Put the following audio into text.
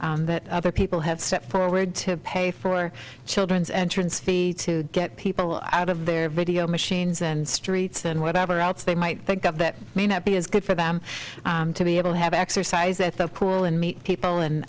summer that other people have stepped forward to pay for our children's entrance fee to get people out of their video machines and streets and whatever outs they might think of that may not be as good for them to be able to have exercise at the pool and meet people